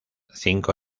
cinco